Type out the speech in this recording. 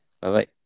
Bye-bye